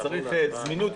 שצריכים יותר זמינות,